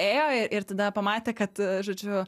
ėjo ir tada pamatė kad žodžiu